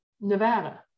Nevada